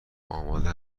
آماده